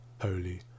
holy